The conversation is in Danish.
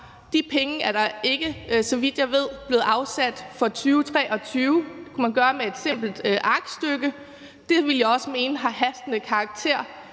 De penge er ikke, så vidt jeg ved, blevet afsat for 2023. Det kunne man gøre med et simpelt aktstykke. Jeg vil også mene, at det har hastende karakter,